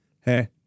Hey